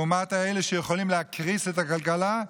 לעומת אלה שיכולים להקריס את הכלכלה,